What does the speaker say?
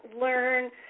learn